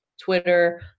Twitter